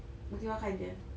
pergi makan jer